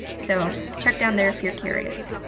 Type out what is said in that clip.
so check down there if you're curious.